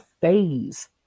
phase